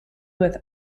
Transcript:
with